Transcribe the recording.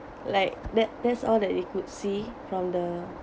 like that that's all that you could see from the